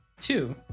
two